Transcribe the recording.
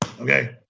okay